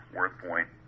WorthPoint